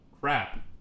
crap